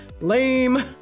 lame